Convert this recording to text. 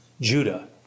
Judah